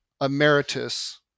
emeritus